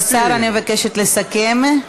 כבוד השר, אני מבקשת לסכם.